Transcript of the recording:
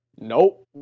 Nope